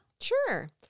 Sure